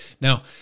Now